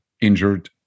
injured